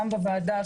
גם בוועדה,